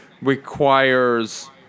requires